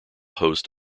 host